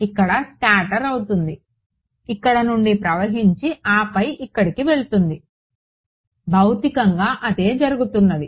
ఇక్కడ స్కాట్టర్ అవుతుంది ఇక్కడ నుండి ప్రవహించి ఆపై ఇక్కడికి వెళ్తుంది భౌతికంగా అదే జరుగుతున్నది